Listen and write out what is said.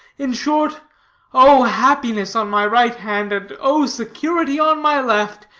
in short oh, happiness on my right hand, and oh, security on my left,